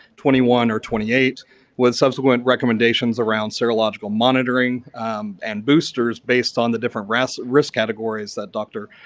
twenty one or twenty eight with subsequent recommendations around serological monitoring and boosters based on the different risk risk categories that dr.